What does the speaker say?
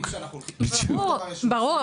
--- ברור.